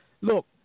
Look